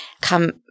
come